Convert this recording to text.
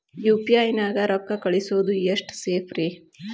UPI ನ್ಯಾಗ ರೊಕ್ಕ ಕಳಿಸೋದು ಎಷ್ಟ ಸೇಫ್ ರೇ?